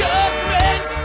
Judgment